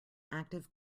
active